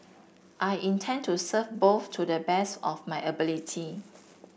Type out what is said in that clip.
I intend to serve both to the best of my ability